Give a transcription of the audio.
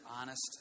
honest